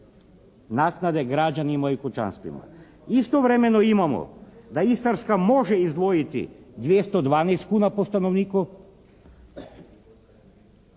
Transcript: Naknade građanima i kućanstvima. Istovremeno imamo da Istarska može izdvojiti 212 kuna po stanovniku,